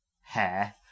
hair